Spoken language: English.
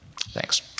Thanks